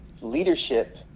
leadership